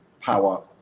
power